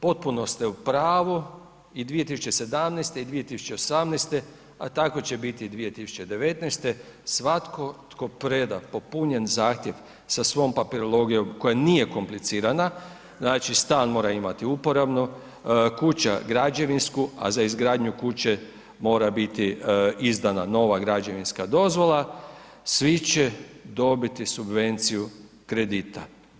Potpuno ste u pravu i 2017. i 2018., a tako će biti i 2019., svatko tko preda popunjen zahtjev sa svom papirologijom koja nije komplicirana, znači stan mora imati uporabno, kuća, građevinsku, a za izgradnju kuće mora biti izdana nova građevinska dozvola, svi će dobiti subvenciju kredita.